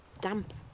damp